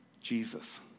Jesus